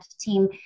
team